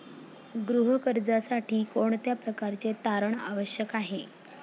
गृह कर्जासाठी कोणत्या प्रकारचे तारण आवश्यक आहे?